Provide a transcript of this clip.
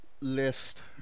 list